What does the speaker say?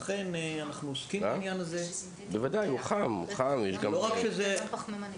בוודאי, הוא חם; זה גם פלסטיק.